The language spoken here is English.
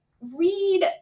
read